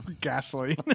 gasoline